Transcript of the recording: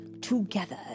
Together